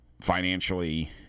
financially